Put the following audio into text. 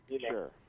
Sure